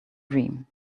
dream